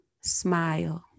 smile